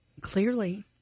Clearly